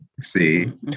see